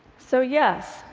so yes,